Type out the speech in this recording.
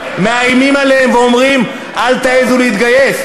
מאיימים עליהם ואומרים: אל תעזו להתגייס.